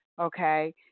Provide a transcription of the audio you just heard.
okay